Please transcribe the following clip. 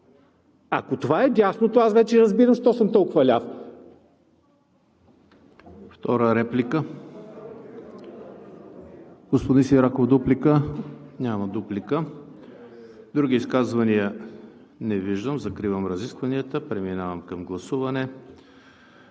Ако това е дясно, то аз вече разбирам защо съм толкова ляв.